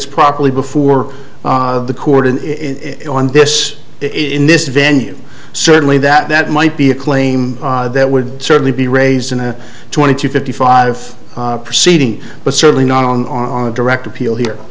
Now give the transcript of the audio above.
it's properly before the court in on this in this venue certainly that that might be a claim that would certainly be raised in a twenty to fifty five proceeding but certainly not on a direct appeal here